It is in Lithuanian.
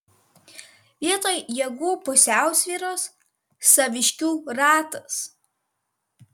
vietoj jėgų pusiausvyros saviškių ratas